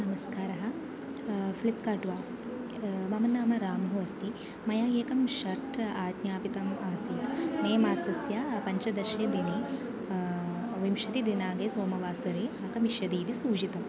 नमस्कारः फ़्लिप्कार्ट् वा मम नाम राम्भु अस्ति मया एकं शर्ट् आज्ञापितम् आसीत् मे मासस्य पञ्चदशे दिने विंशतिदिनाङ्के सोमवासरे आगमिष्यति इति सूचितम्